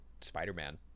Spider-Man